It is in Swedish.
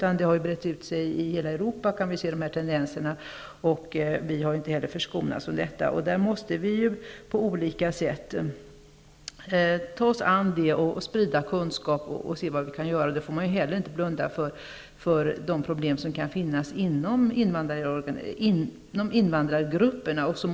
Vi kan se tendenser till främlingsfientlighet i hela Europa. Vi måste på olika sätt ta oss an det, sprida kunskap och se vad vi i övrigt kan göra. Man får inte heller blunda för de problem som kan finnas inom invandrargrupperna.